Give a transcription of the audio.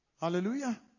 Hallelujah